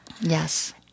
Yes